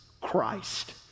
Christ